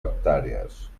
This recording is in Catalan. hectàrees